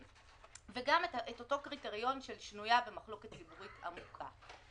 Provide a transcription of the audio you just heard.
וגם את אותו קריטריון של "שנויה במחלוקת ציבורית עמוקה".